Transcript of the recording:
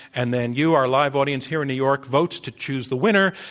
and then you, our live audience here in new york, votes to choose the winner.